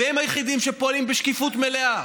והם היחידים שפועלים בשקיפות מלאה.